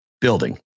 building